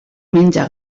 menja